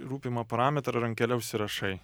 rūpimą parametrą rankele užsirašai